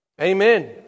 Amen